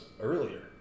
earlier